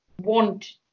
want